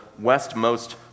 westmost